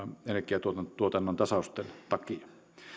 energiantuotannon tasausten takia